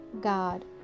God